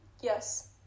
yes